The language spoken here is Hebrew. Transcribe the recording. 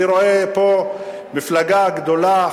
אני רואה פה מפלגה גדולה,